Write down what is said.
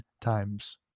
times